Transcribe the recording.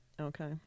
Okay